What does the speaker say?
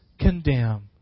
condemn